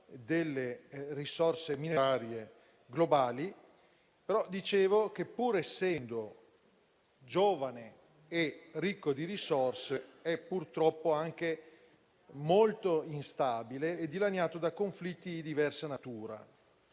delle risorse minerarie globali. Come dicevo, pur essendo giovane e ricco di risorse, è un continente purtroppo anche molto instabile e dilaniato da conflitti di diversa natura